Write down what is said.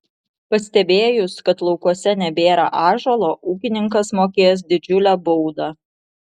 pastebėjus kad laukuose nebėra ąžuolo ūkininkas mokės didžiulę baudą